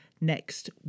next